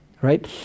right